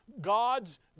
God's